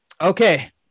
Okay